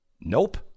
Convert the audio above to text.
Nope